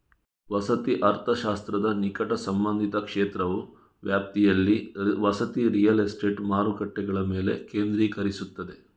ವಸತಿ ಅರ್ಥಶಾಸ್ತ್ರದ ನಿಕಟ ಸಂಬಂಧಿತ ಕ್ಷೇತ್ರವು ವ್ಯಾಪ್ತಿಯಲ್ಲಿ ವಸತಿ ರಿಯಲ್ ಎಸ್ಟೇಟ್ ಮಾರುಕಟ್ಟೆಗಳ ಮೇಲೆ ಕೇಂದ್ರೀಕರಿಸುತ್ತದೆ